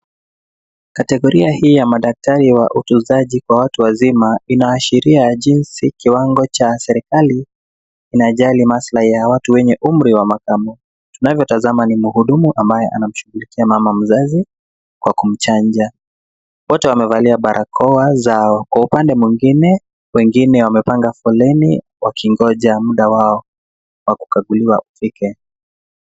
Kategoria hii ya madaktari wa utunzaji kwa watu wazima inaashiria jinsi kiwango cha serikali inajali maslahi ya watu wenye umri wa makamo. Tunavyotazama ni mhudumu ambaye anamshughulikia mama mzazi kwa kumchanja. Wote wamevaa barakoa zao. Kwa upande mwingine, wengine wamepanga foleni wakingoja muda wao wa kukaguliwa ufike.